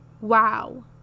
Wow